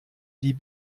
die